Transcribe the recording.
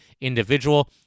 individual